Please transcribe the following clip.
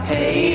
Hey